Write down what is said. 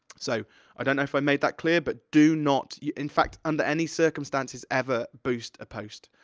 so, i dunno if i made that clear, but, do not, in fact, under any circumstances, ever, boost a post.